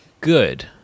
good